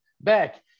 back